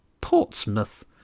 Portsmouth